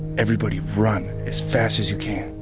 everybody run as fast as you can